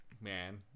man